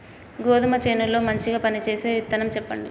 గోధుమ చేను లో మంచిగా పనిచేసే విత్తనం చెప్పండి?